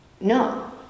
No